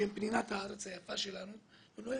שהם פנינת הארץ היפה שלנו לא יחזרו.